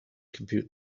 compute